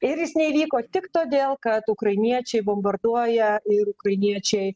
ir jis neįvyko tik todėl kad ukrainiečiai bombarduoja ir ukrainiečiai